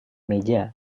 meja